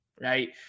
Right